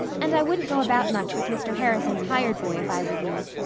and i wouldn't go about much with mr. harrison's hired boy if i were you.